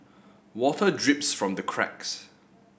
water drips from the cracks